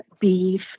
beef